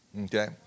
Okay